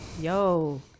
yo